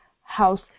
house